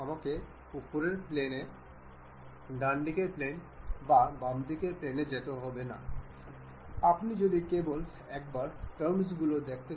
সুতরাং এটি স্ক্রু মেট ছিল যার জন্য আমরা কাজ করেছি